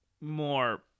more